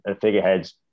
figureheads